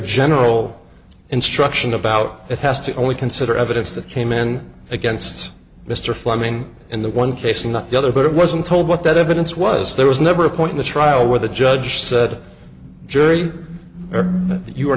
general instruction about it has to only consider evidence that came in against mr fleming in the one case and not the other but it wasn't told what that evidence was there was never a point in the trial where the judge said jury